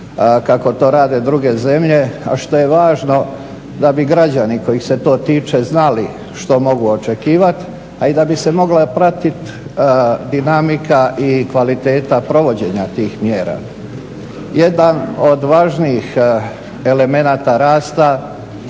kako to rade druge zemlje, a što je važno da bi građani kojih se to tiče znali što mogu očekivati, a i da bi se mogla pratit dinamika i kvaliteta provođenja tih mjera. Jedan od važnijih elemenata rasta u